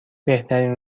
بهترین